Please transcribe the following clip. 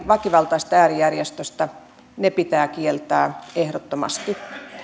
väkivaltaisesta äärijärjestöstä ne pitää kieltää ehdottomasti